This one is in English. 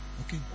Okay